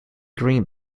green